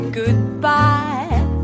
goodbye